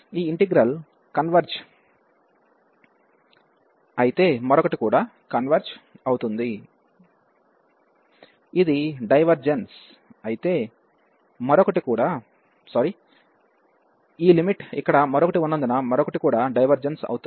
ఈ integral converge అయితే మరొకటి కూడా కన్వెర్జ్ అవుతుంది ఇది డైవర్జెన్స్ అయితే ఈ లిమిట్ ఇక్కడ మరొకటి ఉన్నందున మరొకటి కూడా డైవర్జెన్స్ అవుతుంది